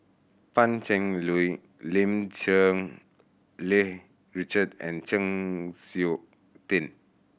Pan Cheng Lui Lim Cherng Yih Richard and Chng Seok Tin